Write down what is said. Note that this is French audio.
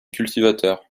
cultivateur